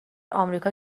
آمریکا